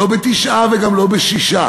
לא ב-9 וגם לא ב-6.